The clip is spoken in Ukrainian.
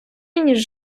ніж